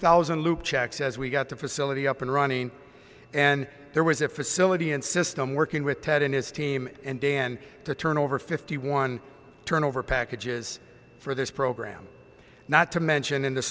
thousand loop checks as we got the facility up and running and there was a facility in system working with ted and his team and dan to turn over fifty one turnover packages for this program not to mention in the